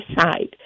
side